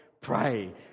pray